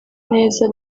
neza